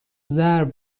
ضرب